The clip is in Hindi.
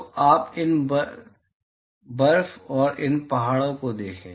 तो आप इन बर्फ़ और इन पहाड़ों को देखें